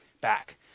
back